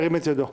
ירים את ידו,